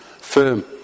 firm